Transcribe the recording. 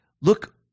look